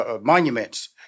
Monuments